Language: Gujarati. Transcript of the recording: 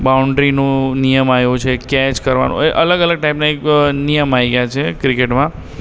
બાઉન્ડ્રીનો નિયમ આવ્યો છે કૅચ કરવાનો અલગ અલગ ટાઇપના નિયમ આવી ગયા છે ક્રિકેટમાં